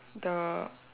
the